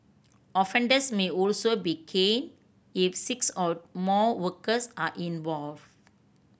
offenders may also be caned if six or more workers are involved